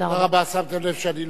שמתם לב שאני לא מקפיד בזמן,